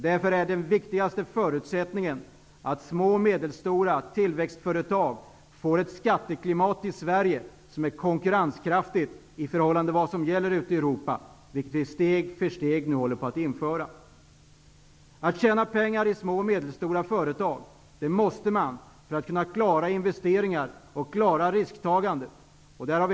Därför är den viktigaste förutsättningen att små och medelstora tillväxtföretag får ett skatteklimat i Sverige som är konkurrenskraftigt i förhållande till vad som gäller i Europa -- vilket vi nu steg för steg håller på att införa. Små och medelstora företag måste tjäna pengar för att kunna klara investeringar och risktagande.